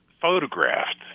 photographed